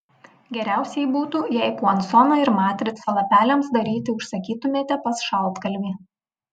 geriausiai būtų jei puansoną ir matricą lapeliams daryti užsakytumėte pas šaltkalvį